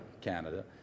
Canada